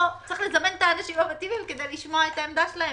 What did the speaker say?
פה צריך לזמן את האנשים המתאימים כדי לשמוע את עמדתם.